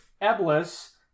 Eblis